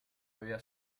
había